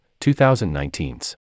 2019s